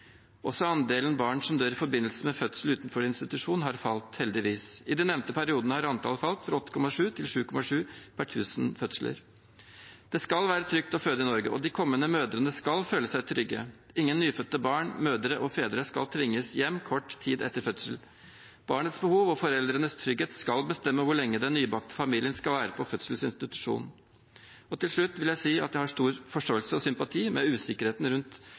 Også andelen barn som dør i forbindelse med fødsel utenfor institusjon, har heldigvis falt. I de nevnte periodene har antallet falt fra 8,7 til 7,7 per 1 000 fødsler. Det skal være trygt å føde i Norge, og de kommende mødrene skal føle seg trygge. Ingen nyfødte barn, mødre og fedre skal tvinges hjem kort tid etter fødsel. Barnets behov og foreldrenes trygghet skal bestemme hvor lenge den nybakte familien skal være på fødeinstitusjonen. Til slutt vil jeg si at jeg har stor forståelse og sympati med usikkerheten rundt